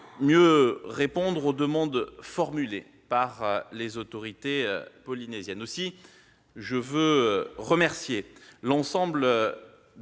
mieux répondre aux demandes formulées par les autorités polynésiennes. Aussi, je veux remercier l'ensemble